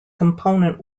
component